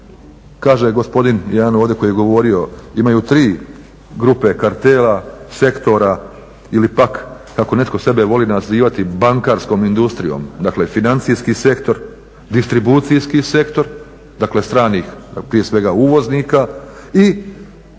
kaže gospodin jedan ovdje koji je govorio, imaju tri grupe kartela, sektora ili pak kako neko sebe voli nazivati bankarskom industrijom. Dakle, financijski sektor, distribucijski sektor dakle stranih, prije svega uvoznika i